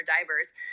divers